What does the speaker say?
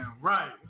right